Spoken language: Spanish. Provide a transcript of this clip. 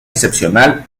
excepcional